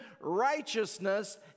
righteousness